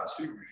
two